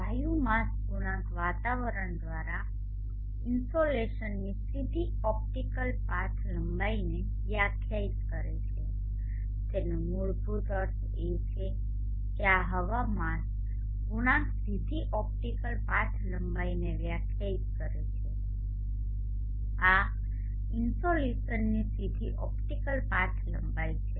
વાયુ માસ ગુણાંક વાતાવરણ દ્વારા ઇન્સોલેસનની સીધી ઓપ્ટિકલ પાથ લંબાઈને વ્યાખ્યાયિત કરે છે તેનો મૂળભૂત અર્થ એ છે કે આ હવા માસ ગુણાંક સીધી ઓપ્ટિકલ પાથ લંબાઈને વ્યાખ્યાયિત કરે છે આ ઇનસોલેશનની સીધી ઓપ્ટિકલ પાથ લંબાઈ છે